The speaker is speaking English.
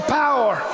power